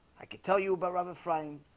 i could tell you about robin frying.